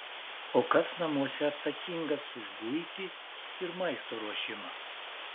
o kas namuose atsakingas už buitį ir maisto ruošimą